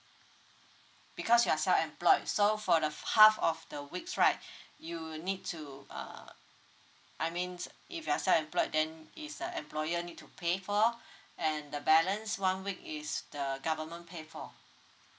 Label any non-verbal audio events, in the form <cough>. because you're self employed so for the half of the weeks right <breath> you'll need to uh I means if you're self employed then is a employer need to pay for and the balance one week is the government pay for